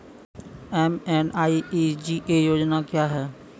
MNREGA योजना क्या हैं?